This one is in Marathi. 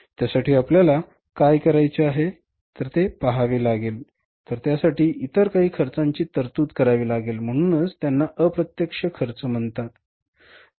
त्यासाठी आपल्याला काय करायचे आहे ते पहावे लागेल तर त्यासाठी इतर काही खर्चाची तरतूद करावी लागेल म्हणूनच त्यांना अप्रत्यक्ष खर्च म्हणतात